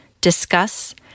discuss